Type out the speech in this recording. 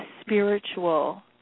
spiritual